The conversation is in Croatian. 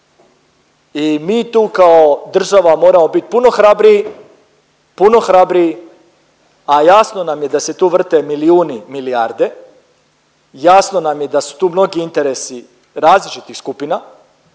I mi tu kao država moramo biti puno hrabriji, puno hrabriji, a jasno nam da se tu vrte milijuni, milijarde, jasno nam je da su tu mnogi interesi različitih skupina